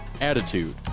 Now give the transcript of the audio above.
Attitude